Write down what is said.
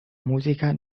musica